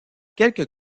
quelques